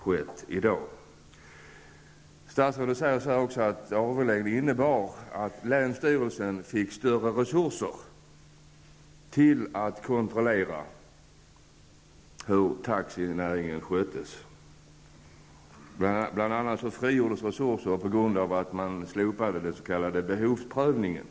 Statsrådet säger också att avregleringen innebar att länsstyrelsen fick större resurser för kontroll av hur taxinäringen sköts. Bland annat har resurser frigjorts på grund av att man slopat den s.k. behovsprövningen.